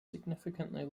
significantly